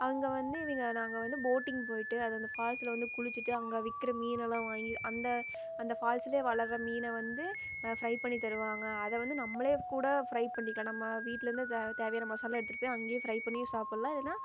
அங்கே வந்து இவங்க நாங்கள் வந்து போட்டிங் போய்ட்டு அது அந்த ஃபால்ஸில் வந்து குளிச்சுட்டு அங்கே விற்கிற மீனெலாம் வாங்கி அந்த அந்த ஃபால்ஸ்லேயே வளருகிற மீனைவந்து பிரை பண்ணி தருவாங்க அதை வந்து நம்மளே கூட பிரை பண்ணிக்கலாம் நம்ம வீட்டிலருந்து தேவையான மசாலாலெலாம் எடுத்துகிட்டு போய் அங்கே பிரை பண்ணி சாப்பிடுலாம் இல்லைன்னா